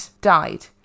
died